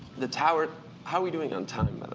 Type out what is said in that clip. the tower how are we doing on time